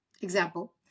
example